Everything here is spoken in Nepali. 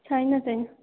छैन छैन